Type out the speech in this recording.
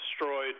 Destroyed